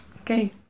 Okay